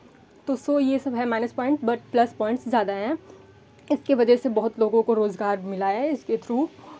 तो सो ये सब है minus point but plus points ज़्यादा हैं इसके वजह से बहुत लोगों को रोज़गार भी मिला है इसके थ्रू